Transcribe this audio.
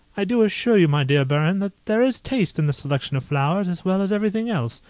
i do assure you, my dear baron, that there is taste in the selection of flowers as well as everything else,